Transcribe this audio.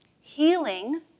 Healing